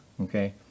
Okay